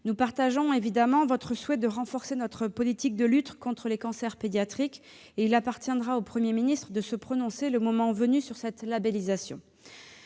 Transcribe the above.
Nous partageons évidemment votre souhait de renforcer notre politique de lutte contre les cancers pédiatriques. Il appartiendra au Premier ministre de se prononcer le moment venu sur cette labellisation.